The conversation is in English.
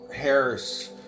Harris